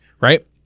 right